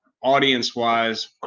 audience-wise